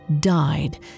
died